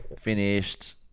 finished